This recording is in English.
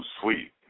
sweet